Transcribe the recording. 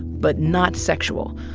but not sexual.